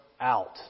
out